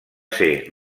ser